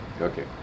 Okay